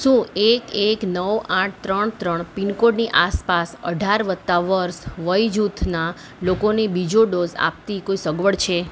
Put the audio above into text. શું એક એક નવ આઠ ત્રણ ત્રણ પિનકોડની આસપાસ અઢાર વત્તા વર્ષ વયજૂથના લોકોને બીજો ડોઝ આપતી કોઈ સગવડ છે